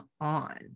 on